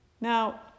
Now